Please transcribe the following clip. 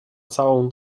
całą